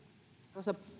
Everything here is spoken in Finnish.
arvoisa